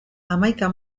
hamaika